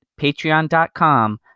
patreon.com